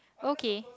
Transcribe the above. okay